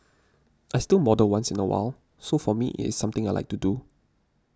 I still model once in a while so for me it is something I like to do